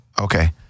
Okay